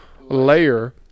layer